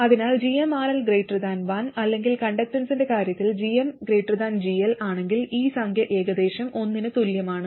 അതിനാൽ gmRL 1 അല്ലെങ്കിൽ കണ്ടക്ടൻസ്ന്റെ കാര്യത്തിൽ gm GL ആണെങ്കിൽ ഈ സംഖ്യ ഏകദേശം 1 ന് തുല്യമാണ്